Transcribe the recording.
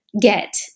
get